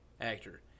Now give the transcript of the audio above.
actor